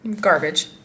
Garbage